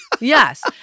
Yes